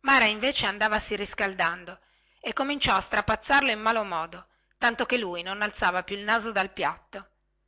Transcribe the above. mara però andavasi riscaldando e cominciò a strapazzarlo in malo modo sicchè il poveraccio non osava alzare il naso dal piatto